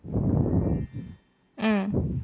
mm